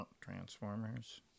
Transformers